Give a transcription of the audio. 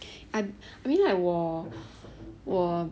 I mean like 我我